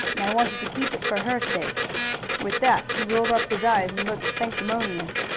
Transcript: and i wanted to keep it for her sake with that he rolled up his eyes and looked sanctimonious.